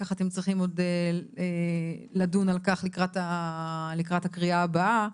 כך אתם צריכים עוד לדון על כך לקראת הקריאה הבאה.